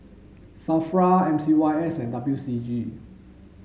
SAFRA M C Y S and W C G